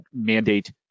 mandate